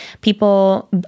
people